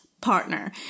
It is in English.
partner